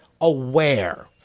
aware